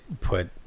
put